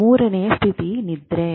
ಮೂರನೇ ಸ್ಥಿತಿ ನಿದ್ರೆ